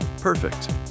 Perfect